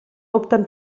opten